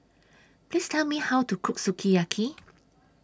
Please Tell Me How to Cook Sukiyaki